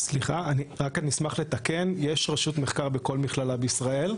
אני אשמח לתקן יש רשות מחקר בכל מכללה בישראל,